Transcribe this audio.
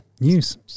News